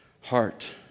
Heart